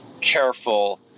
careful